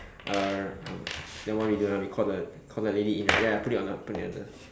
err I would then what we do now we call the we call the lady in right ya put it on the put it on the